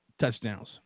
touchdowns